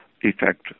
effect